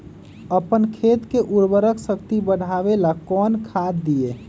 अपन खेत के उर्वरक शक्ति बढावेला कौन खाद दीये?